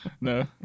No